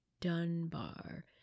Dunbar